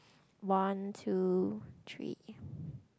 one two three